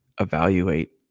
evaluate